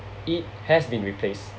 it has been replaced